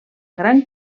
gran